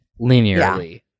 linearly